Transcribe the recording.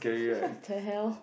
what the hell